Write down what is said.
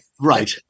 Right